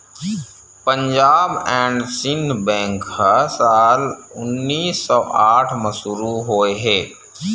Punjab and Sindh bank ह साल उन्नीस सौ आठ म शुरू होए हे